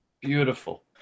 Beautiful